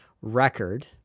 record